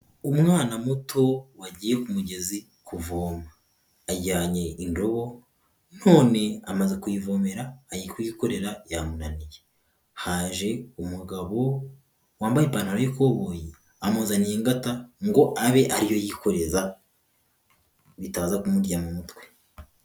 Umwana muto wagiye ku mugezi kuvoma. Ajyanye indobo, none amaze kuyivomera ari kuyikorera yamunaniye. Haje umugabo wambaye ipantaro y'ikoboyi, amuzaniye ingata ngo abe ariyo yikoreza, bitaza kumurya mu mutwe.